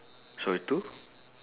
sorry two